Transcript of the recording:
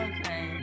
Okay